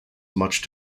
much